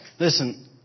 Listen